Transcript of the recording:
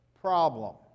problem